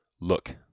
look